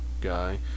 guy